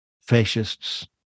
fascists